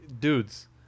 dudes